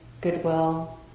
goodwill